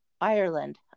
Ireland